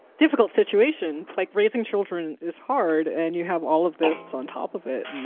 difficult situation like raising children is hard and you have all of this on top of it. and